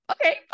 okay